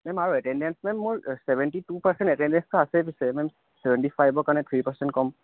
ma'am আৰু attendance ma'am মোৰ seventy two percent এটেনডেঞ্চটো আছেই পিছে ছেভেণ্টি ফাইভৰ কাৰণে থ্ৰি পাৰ্চেণ্ট কম